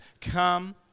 come